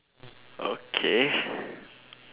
okay